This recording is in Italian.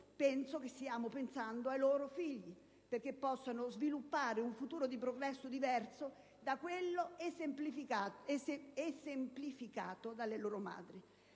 penso che si stia operando per i loro figli, in modo che possano sviluppare un futuro di progresso diverso da quello esemplificato dalle loro madri.